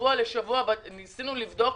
ומשבוע לשבוע וניסינו לבדוק